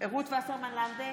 רות וסרמן לנדה,